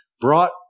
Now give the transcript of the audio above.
brought